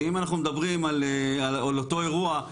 ואם אנחנו מדברים על אותו אירוע,